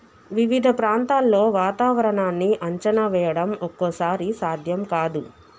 వివిధ ప్రాంతాల్లో వాతావరణాన్ని అంచనా వేయడం ఒక్కోసారి సాధ్యం కాదు